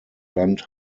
land